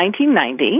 1990